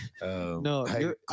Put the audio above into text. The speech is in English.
No